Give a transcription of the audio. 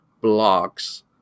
blocks